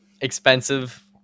Expensive